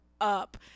up